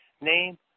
name